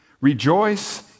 rejoice